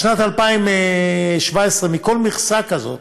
בשנת 2017, מכל מכסה כזאת,